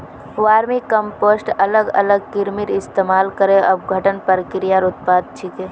vermicompost अलग अलग कृमिर इस्तमाल करे अपघटन प्रक्रियार उत्पाद छिके